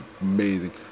amazing